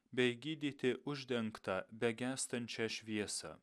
bei gydyti uždengtą begęstančią šviesą